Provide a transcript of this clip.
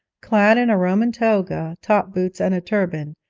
clad in a roman toga, topboots, and a turban,